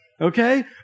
Okay